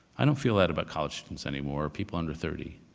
i don't feel that about college students anymore, people under thirty.